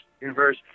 universe